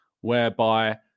whereby